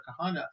Kahana